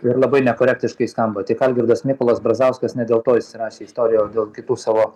ir labai nekorektiškai skamba tik algirdas mykolas brazauskas ne dėl to įsirašė istoriją o dėl kitų savo